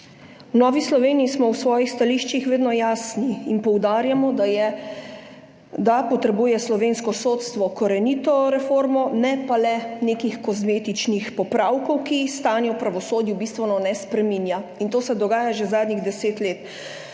Novi Sloveniji smo v svojih stališčih vedno jasni in poudarjamo, da potrebuje slovensko sodstvo korenito reformo, ne pa le nekih kozmetičnih popravkov, ki stanja v pravosodju bistveno ne spreminjajo. In to se dogaja že zadnjih 10 let.